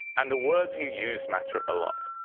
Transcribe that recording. and the words you use matter a lot.